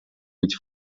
быть